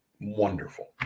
wonderful